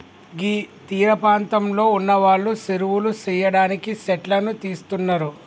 గీ తీరపాంతంలో ఉన్నవాళ్లు సెరువులు సెయ్యడానికి సెట్లను తీస్తున్నరు